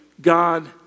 God